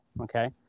okay